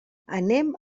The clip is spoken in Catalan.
anem